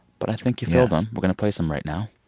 but i think you filled them. we're going to play some right now